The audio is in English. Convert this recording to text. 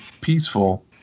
peaceful